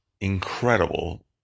incredible